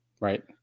Right